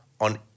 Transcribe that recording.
on